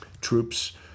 troops